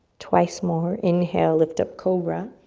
twice more, inhale, lift up, cobra.